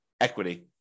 equity